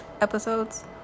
episodes